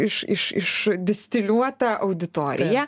iš iš išdistiliuota auditorija